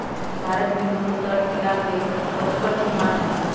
भारत में दुन्नो तट मिला के पचपन मुहान हई